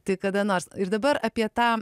tai kada nors ir dabar apie tą